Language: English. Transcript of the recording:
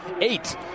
eight